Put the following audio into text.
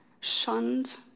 shunned